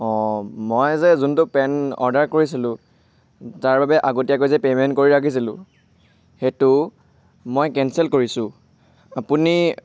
অঁ মই যে যোনটো পেণ্ট অৰ্ডাৰ কৰিছিলোঁ তাৰ বাবে আগতীয়াকৈ যে পে'মেণ্ট কৰি ৰাখিছিলোঁ সেইটো মই কেঞ্চেল কৰিছোঁ আপুনি